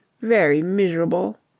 very miserable,